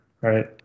right